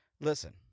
Listen